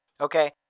okay